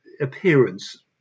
appearance